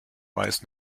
weiß